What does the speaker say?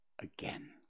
again